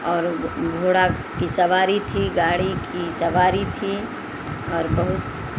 اور گھوڑا کی سواری تھی گاڑی کی سواری تھی اور بہت